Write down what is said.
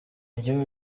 njyewe